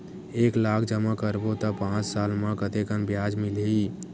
एक लाख जमा करबो त पांच साल म कतेकन ब्याज मिलही?